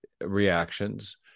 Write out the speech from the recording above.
reactions